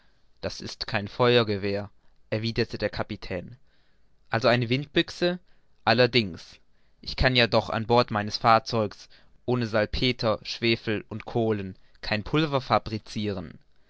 das ist ja kein feuergewehr erwiderte der kapitän also eine windbüchse allerdings ich kann ja doch an bord meines fahrzeugs ohne salpeter schwefel und kohlen kein pulver fabriciren